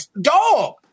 Dog